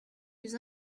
les